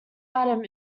adam